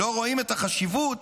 לא רואים את החשיבות